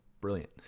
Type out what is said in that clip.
Brilliant